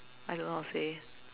I don't know how to say